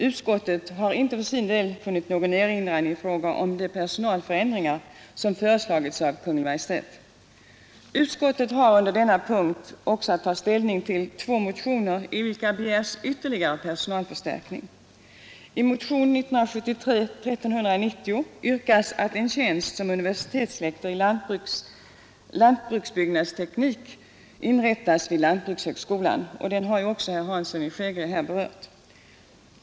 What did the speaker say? Utskottet har inte någon erinran mot de personalförändringar som föreslagits av Kungl. Maj:t. Utskottet har under denna punkt tagit ställning till två motioner, i vilka ytterligare personalförstärkning begärts. I motionen 1390 yrkas att en tjänst som universitetslektor i lantbruksbyggnadsteknik inrättas vid lantbrukshögskolan. Den har herr Hansson i Skegrie här berört.